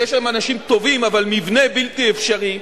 ויש שם אנשים טובים אבל מבנה בלתי אפשרי,